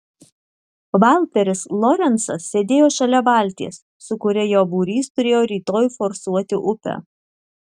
valteris lorencas sėdėjo šalia valties su kuria jo būrys turėjo rytoj forsuoti upę